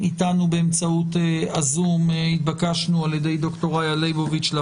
באמצעות ה-זום נמצאת אתנו דוקטור רעיה ליבוביץ שביקשה